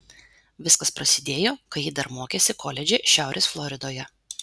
viskas prasidėjo kai ji dar mokėsi koledže šiaurės floridoje